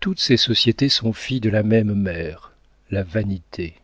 toutes ces sociétés sont filles de la même mère la vanité